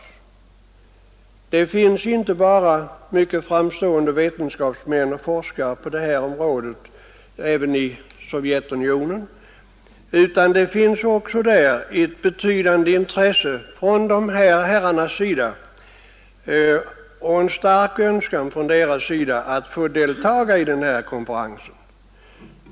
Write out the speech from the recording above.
I Sovjetunionen finns det inte bara mycket framstående forskare på detta område, utan där finns också ett betydande intresse och en stark önskan hos dessa vetenskapsmän att få delta i miljövårdskonferensen.